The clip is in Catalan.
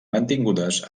mantingudes